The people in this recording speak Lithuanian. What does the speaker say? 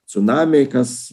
cunamiai kas